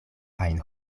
ajn